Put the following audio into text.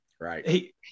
Right